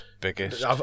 biggest